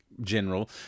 general